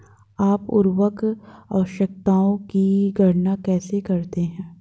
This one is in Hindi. आप उर्वरक आवश्यकताओं की गणना कैसे करते हैं?